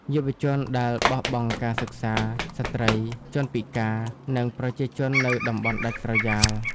យុវជនដែលបោះបង់ការសិក្សា ស្ត្រី ជនពិការ និងប្រជាជននៅតំបន់ដាច់ស្រយាល។